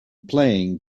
playing